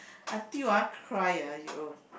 until ah cry ah !aiyo!